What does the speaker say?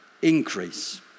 increase